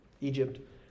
Egypt